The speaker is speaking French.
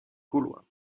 gaulois